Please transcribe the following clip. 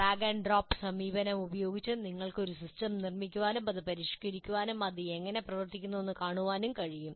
drag and drop സമീപനം ഉപയോഗിച്ച് നിങ്ങൾക്ക് ഒരു സിസ്റ്റം നിർമ്മിക്കാനും അത് പരിഷ്ക്കരിക്കാനും അത് എങ്ങനെ പ്രവർത്തിക്കുന്നുവെന്ന് കാണാനും കഴിയും